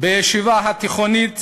בישיבה התיכונית